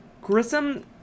Grissom